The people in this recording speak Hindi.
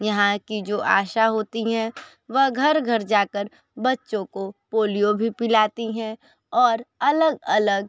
यहाँ की जो आशा होतीं है वह घर घर जाकर बच्चों को पोलिओ भी पिलाती है और अलग अलग